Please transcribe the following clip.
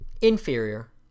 Inferior